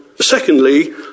secondly